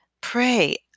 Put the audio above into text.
pray